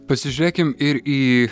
pasižiūrėkim ir į